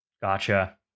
Gotcha